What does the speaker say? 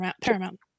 paramount